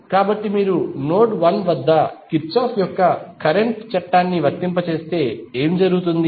కాబట్టి మీరు నోడ్ 1 వద్ద కిర్చాఫ్ యొక్క కరెంట్ చట్టాన్ని వర్తింపజేస్తే ఏమి జరుగుతుంది